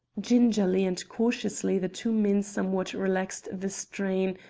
gingerly and cautiously the two men somewhat relaxed the strain,